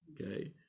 okay